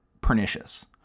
pernicious